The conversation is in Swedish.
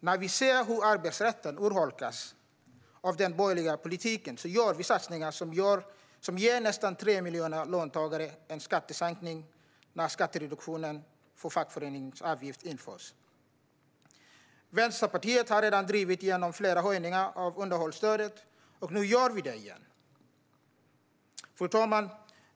När vi ser hur arbetsrätten urholkas av den borgerliga politiken gör vi satsningar som ger nästan 3 miljoner löntagare en skattesänkning när skattereduktion för fackföreningsavgift införs. Vänsterpartiet har redan drivit igenom flera höjningar av underhållsstödet, och nu gör vi det igen. Fru talman!